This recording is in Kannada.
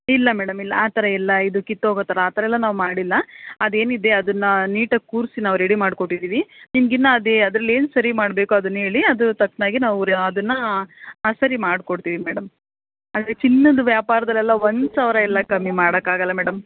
ಇಲ್ಲ ಮೇಡಮ್ ಇಲ್ಲ ಆ ಥರ ಇಲ್ಲ ಇದು ಕಿತ್ತೊಗೋ ಥರ ಆ ಥರ ಎಲ್ಲ ನಾವು ಮಾಡಿಲ್ಲ ಅದು ಏನಿದೆ ಅದನ್ನು ನೀಟಾಗಿ ಕೂರಿಸಿ ನಾವು ರೆಡಿ ಮಾಡಿ ಕೊಟ್ಟಿದ್ದೀವಿ ನಿಮ್ಗೆ ಇನ್ನು ಅದೇ ಅದ್ರಲ್ಲಿ ಏನು ಸರಿ ಮಾಡಬೇಕೋ ಅದನ್ನು ಹೇಳಿ ಅದು ತಕ್ಕನಾಗಿ ನಾವು ರೀ ಅದನ್ನು ಸರಿ ಮಾಡಿಕೊಡ್ತೀವಿ ಮೇಡಮ್ ಅಂದರೆ ಚಿನ್ನದ ವ್ಯಾಪಾರದಲೆಲ್ಲ ಒಂದು ಸಾವಿರ ಎಲ್ಲ ಕಮ್ಮಿ ಮಾಡೋಕಾಗಲ್ಲ ಮೇಡಮ್